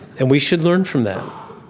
and we should learn from that,